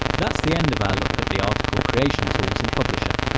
that's the end of our look at the article creation tools in publisha.